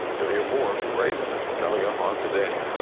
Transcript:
you'll hear more from raisman coming up on today.